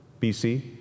BC